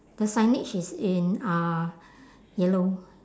the signage is in uh yellow